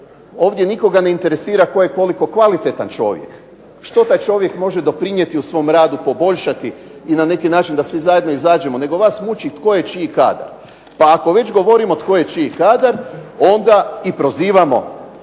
ovdje nikoga ne interesira tko je koliko kvalitetan čovjek, što taj čovjek može doprinijeti u svom radu poboljšati i na taj način da svi zajedno izađemo nego vas muči tko je čiji i kada. Pa kada već govorimo tko čiji kadar onda prozivamo